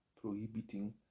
prohibiting